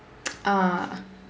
ah